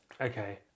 Okay